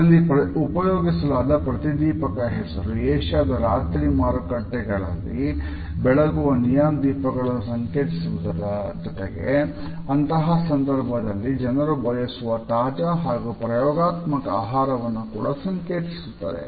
ಅಲ್ಲಿ ಉಪಯೋಗಿಸಲಾದ ಪ್ರತಿದೀಪಕ ಹಸಿರು ಏಷ್ಯಾದ ರಾತ್ರಿ ಮಾರುಕಟ್ಟೆಗಳಲ್ಲಿ ಬೆಳಗುವ ನಿಯಾನ್ ದೀಪಗಳನ್ನು ಸಂಕೇತಿಸುವುದರ ಜೊತೆಗೆ ಅಂತಹ ಸಂದರ್ಭದಲ್ಲಿ ಜನರು ಬಯಸುವ ತಾಜಾ ಹಾಗೂ ಪ್ರಯೋಗಾತ್ಮಕ ಆಹಾರವನ್ನು ಕೂಡ ಸಂಕೇತಿಸುತ್ತದೆ